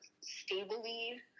stably